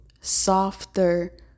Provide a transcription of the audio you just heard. softer